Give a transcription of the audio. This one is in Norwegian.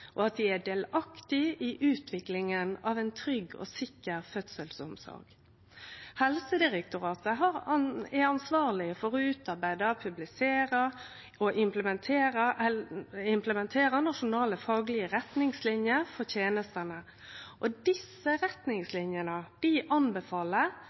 og at dei er delaktige i utviklinga av ei trygg og sikker fødselsomsorg. Helsedirektoratet er ansvarleg for å utarbeide, publisere og implementere nasjonale faglege retningslinjer for tenestene, og